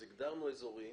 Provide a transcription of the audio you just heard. אז ה גדרנו אזורים